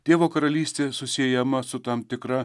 dievo karalystė susiejama su tam tikra